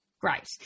Great